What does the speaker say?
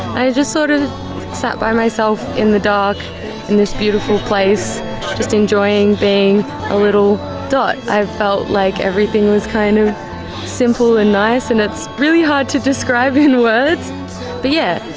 i just sort of sat by myself in the dark in this beautiful place just enjoying being a little dot. i felt like everything was kind of simple and nice, and it's really hard to describe in words, but yeah,